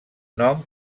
nom